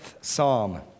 Psalm